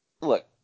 look